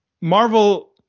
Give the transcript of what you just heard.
Marvel